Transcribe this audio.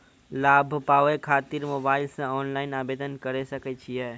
लाभ पाबय खातिर मोबाइल से ऑनलाइन आवेदन करें सकय छियै?